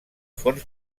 fons